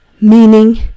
meaning